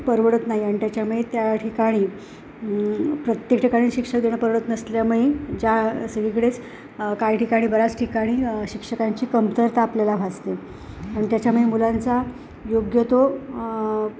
परवडत नाई अन त्याच्यामुळे त्या ठिकाणी प्रत्येक ठिकाणी शिक्षक देणं परवडत नसल्यामुळे ज्या सगळीकडेच काही ठिकाणी बऱ्याच ठिकाणी शिक्षकांची कमतरता आपल्याला भासते अन त्याच्यामुळे मुलांचा योग्य तो